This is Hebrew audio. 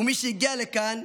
ומי שהגיע לכאן,